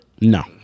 No